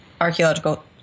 archaeological